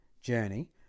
journey